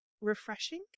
refreshing